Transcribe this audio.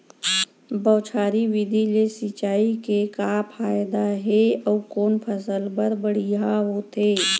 बौछारी विधि ले सिंचाई के का फायदा हे अऊ कोन फसल बर बढ़िया होथे?